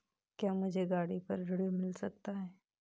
क्या मुझे गाड़ी पर ऋण मिल सकता है?